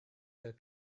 their